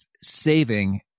saving